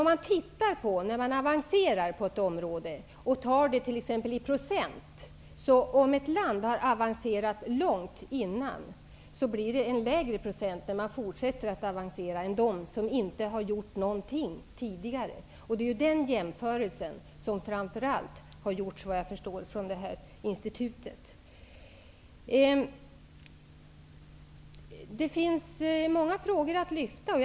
Vi får titta på detta i procentuella tal. Om ett land har avancerat långt redan tidigare, blir det en lägre procentsiffra när landet fortsätter att avancera jämfört med de länder som inte har gjort något tidigare. Det är framför allt den jämförelsen som har gjorts från institutets sida. Det finns många frågor att lyfta fram.